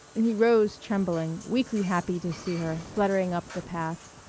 and he rose trembling, weakly happy to see her fluttering up the path.